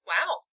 Wow